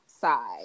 side